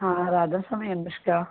हा राधास्वामी अनुष्का